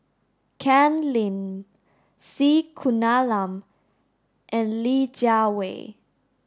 Ken Lim C Kunalan and Li Jiawei